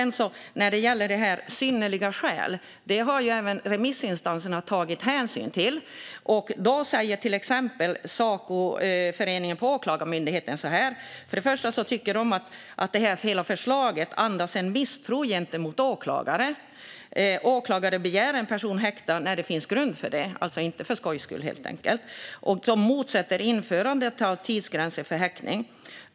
När det gäller synnerliga skäl har även remissinstanserna tagit hänsyn till det. Till exempel Sacoföreningen på Åklagarmyndigheten säger att de först och främst tycker att hela förslaget andas en misstro gentemot åklagare. En åklagare begär en person häktad när det finns grund för det, alltså inte för skojs skull. De motsätter sig införandet av tidsgränser för häktning.